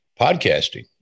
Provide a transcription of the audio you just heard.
podcasting